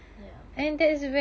ya